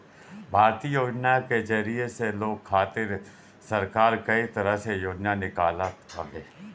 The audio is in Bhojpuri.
भारतीय योजना के जरिया से लोग खातिर सरकार कई तरह के योजना निकालत हवे